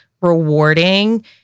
rewarding